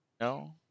No